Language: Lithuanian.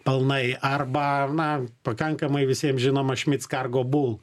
pelnai arba na pakankamai visiem žinoma schmitz cargobull